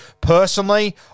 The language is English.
Personally